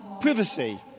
privacy